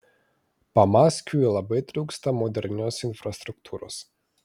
pamaskviui labai trūksta modernios infrastruktūros